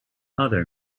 other